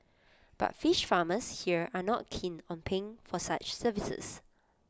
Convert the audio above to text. but fish farmers here are not keen on paying for such services